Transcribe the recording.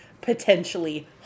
potentially